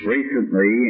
Recently